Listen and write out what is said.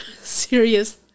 serious